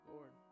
Lord